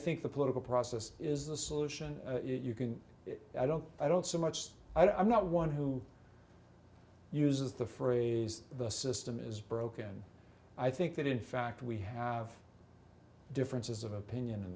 think the political process is the solution you can i don't i don't so much i'm not one who uses the phrase the system is broken i think that in fact we have differences of opinion in